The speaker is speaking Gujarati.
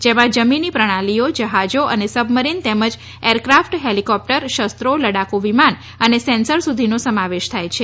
જેમાં જમીની પ્રણાલીઓ જહાજો અને સબમરીન તેમજ એરક્રાફટ હેલીકોપ્ટર શસ્ત્રો લડાખુ વિમાન અને સેન્સર સુધીનો સમાવેશ થાય છે